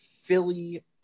Philly